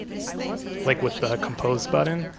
like, with the compose button?